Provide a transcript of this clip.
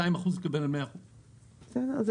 בסדר?